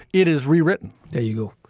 it is rewritten there you go.